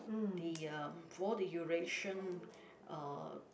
the uh for all the Eurasian uh